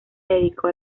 dedicó